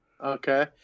Okay